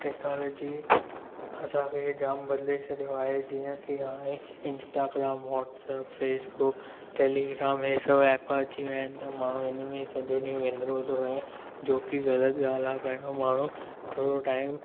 technology असां खे जाम बदले छॾियो आहे जीअं कि हाणे इन्स्टाग्राम वॉट्सअप फेसबुक टेलीग्राम इहे सब ऐप अची विया आहिनि त माण्हू हिन में ई सॼो ॾींहुं विन्दिरियो थो रहे जो कि ग़लत ॻाल्हि आहे पहिरियों माण्हू थोरो टाइम